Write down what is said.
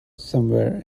somewhere